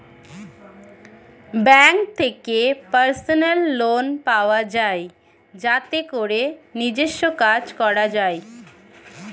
bank থেকে personal loan পাওয়া যায় যাতে করে নিজস্ব কাজ করা যায়